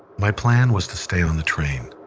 my plan was to stay on the train,